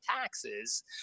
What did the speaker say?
taxes